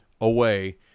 away